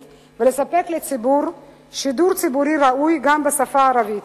ולספק לציבור שידור ציבורי ראוי גם בשפה הערבית.